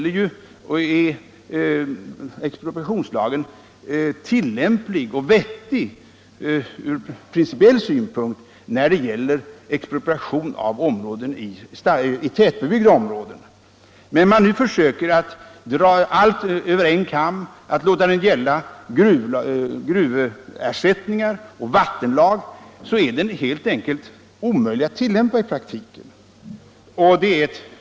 Expropriationslagstiftningen kan vara vettig ur principiell synpunkt när det gäller expropriation av mark i tätbebyggda områden, men när man nu försöker dra allt över en kam och låta denna lagstiftning gälla även gruversättningar och vattenmål blir den helt enkelt omöjlig att tillämpa i praktiken.